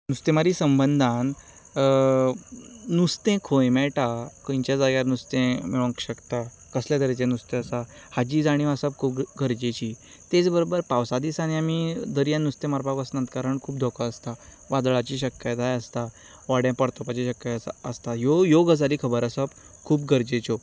नुस्तेमारी संबंदान नुस्तें खंय मेळटा खंयच्या जाग्यार नुस्तें मेळूंक शकता कसले तरेचें नुस्तें आसा हाची जाणीव आसप खूब गरजेची तेच बरोबर पावसा दिसांनी आमी दर्यांत नुस्तें मारपाक वचनात कारण खूब दोखो आसता वादळाची शक्यताय आसता व्हडें परतुपाची शक्यताय आसता ह्यो गजाली खबर आसप खूब गरजेच्यो